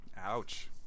ouch